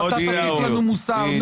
אתה תטיף לנו מוסר?